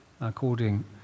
according